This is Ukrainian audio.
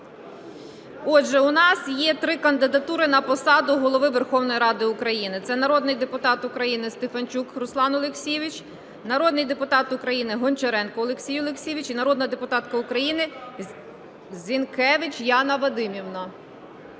Отже, у нас є три кандидатури на посаду Голови Верховної Ради України. Це народний депутат України Стефанчук Руслан Олексійович, народний депутат України Гончаренко Олексій Олексійович і народна депутатка України Зінкевич Яна Вадимівна.